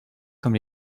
comme